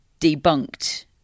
debunked